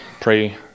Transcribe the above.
pray